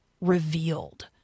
revealed